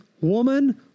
woman